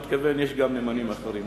הוא מתכוון שיש גם נאמנים אחרים.